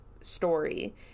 story